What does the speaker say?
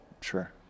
Sure